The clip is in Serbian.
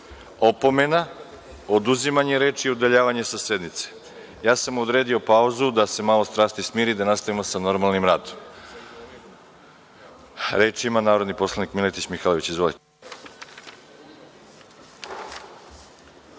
opomena, oduzimanje reči i udaljavanje sa sednice. Ja sam odredio pauzu da se malo strasti smire i da nastavimo sa normalnim radom. Reč ima narodni poslanik Miletić Mihajlović. Izvolite.